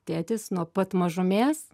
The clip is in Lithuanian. tėtis nuo pat mažumės